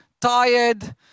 tired